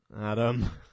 Adam